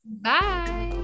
Bye